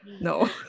no